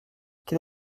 quel